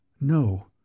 no